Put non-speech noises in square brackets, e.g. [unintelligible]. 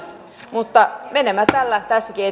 mutta menemme tällä tässäkin [unintelligible]